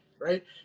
right